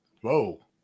Whoa